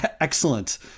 excellent